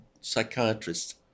psychiatrists